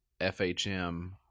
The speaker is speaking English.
FHM